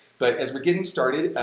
but as we're getting started,